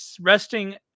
resting